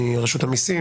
מרשות המסים,